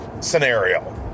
scenario